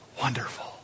wonderful